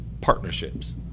partnerships